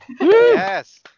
Yes